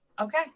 Okay